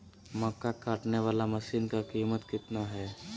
मक्का कटने बाला मसीन का कीमत कितना है?